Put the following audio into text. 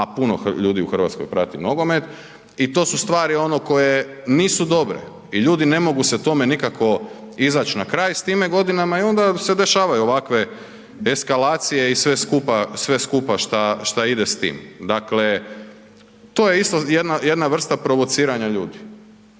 a puno ljudi u RH prati nogomet i to su stvari ono koje nisu dobre i ljudi ne mogu se tome nikako izać na kraj s time godinama i onda se dešavaju ovakve eskalacije i sve skupa, sve skupa šta, šta ide s tim. Dakle, to je isto jedna, jedna vrsta provociranja ljudi